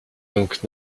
donc